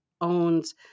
owns